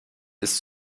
ist